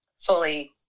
fully